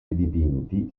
dipinti